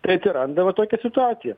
tai atsiranda va tokia situacija